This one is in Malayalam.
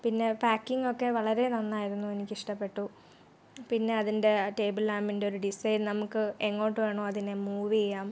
പിന്നെ പാക്കിംഗ് ഒക്കെ വളരെ നന്നായിരുന്നു എനിക്കിഷ്ടപ്പെട്ടു പിന്നെ അതിൻ്റെ ആ ടേബിളിലാംബിൻ്റെ ഒരു ഡിസൈൻ നമുക്ക് എങ്ങോട്ട് വേണോ അതിനെ മൂവ് ചെയ്യാം